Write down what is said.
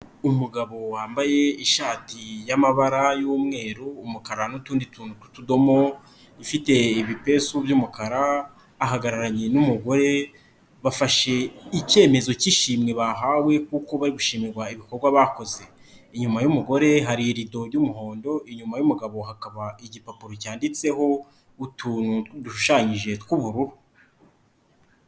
Umugabo wambaye ishati y'amabara y'umweru, umukara n'utundi tuntu tudomo ifite ibipesu by'umukara ahagararanye n'umugore bafashe icyemezo cy'ishimwe bahawe kuko bari gushimirwa ibikorwa bakoze, inyuma y'umugore hari irido y'umuhondo, inyuma y'umugabo hakaba igipapuro cyanditseho utuntu dushushanyije tw'ubururu.